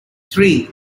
three